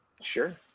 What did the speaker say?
Sure